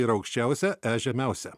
ir aukščiausią e žemiausią